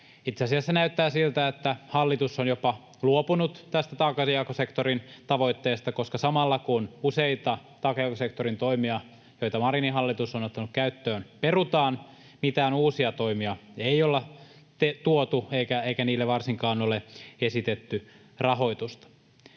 Itse asiassa näyttää siltä, että hallitus on jopa luopunut tästä taakanjakosektorin tavoitteesta, koska samalla kun useita taakanjakosektorin toimia, joita Marinin hallitus on ottanut käyttöön, perutaan, mitään uusia toimia ei olla tuotu eikä niille varsinkaan ole esitetty rahoitusta.